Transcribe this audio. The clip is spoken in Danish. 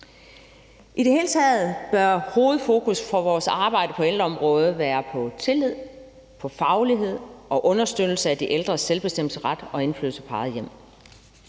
I det hele taget bør hovedfokus for vores arbejde på ældreområdet være på tillid, faglighed og understøttelse af de ældres selvbestemmelsesret og indflydelse på eget hjem.